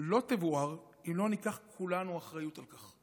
לא תבוער אם לא ניקח כולנו אחריות על כך,